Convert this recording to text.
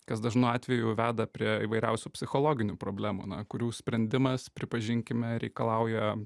kas dažnu atveju veda prie įvairiausių psichologinių problemų kurių sprendimas pripažinkime reikalauja